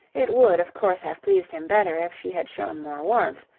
it would, of course, have pleased him better if she had shown more warmth,